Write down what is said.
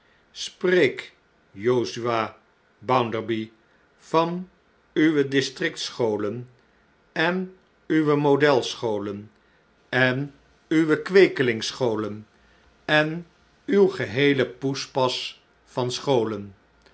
spreek josiah bounderby van uwe district scholen en uwe model scholen en uwe kweekeling scholen en uw geheelen poespas van scholen